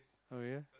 okay